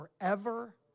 forever